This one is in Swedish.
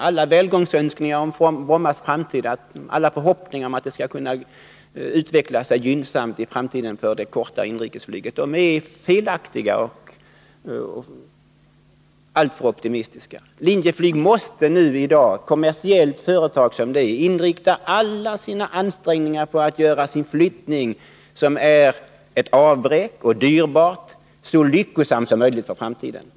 Alla välgångsönskningar om Brommas framtid, alla förhoppningar om att det skulle kunna utveckla sig gynnsamt i framtiden för det korta inrikesflyget är felaktiga och alltför optimistiska. Linjeflyg måste i dag — kommersiellt företag som det är — inrikta alla sina ansträngningar på att göra sin flyttning, som är ett dyrbart avbräck, så lyckosam som möjligt för framtiden.